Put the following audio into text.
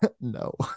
No